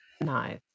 Nice